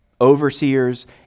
overseers